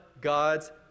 God's